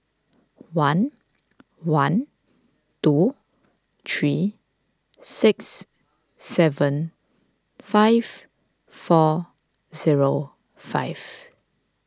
one one two three six seven five four zero five